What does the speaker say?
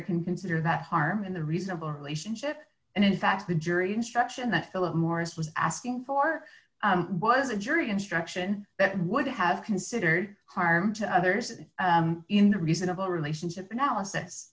you consider that harm in the reasonable relationship and in fact the jury instruction that philip morris was asking for was a jury instruction that would have considered harm to others in the reasonable relationship analysis